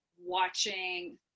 watching